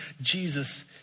Jesus